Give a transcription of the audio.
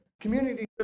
Community